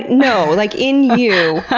no, like, in you.